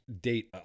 date